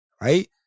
right